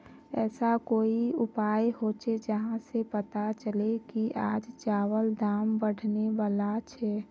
ऐसा कोई उपाय होचे जहा से पता चले की आज चावल दाम बढ़ने बला छे?